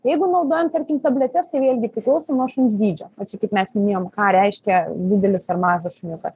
jeigu naudojant tarkim tabletes tai vėlgi priklauso nuo šuns dydžio va čia kaip mes minėjom ką reiškia didelis ar mažas šuniukas